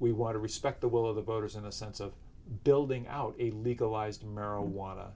we want to respect the will of the voters in a sense of building out a legalized marijuana